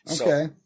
Okay